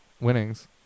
winnings